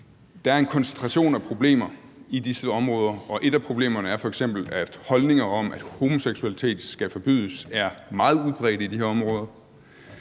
Der er en koncentration af problemer i disse områder, og et af problemerne er f.eks., at holdninger om, at homoseksualitet skal forbydes, er meget udbredte i de her områder.